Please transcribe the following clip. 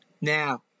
Now